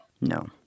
No